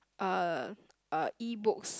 uh uh e-books